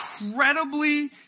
incredibly